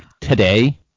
today